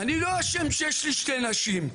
אני לא אשם שיש לי שתי נשים,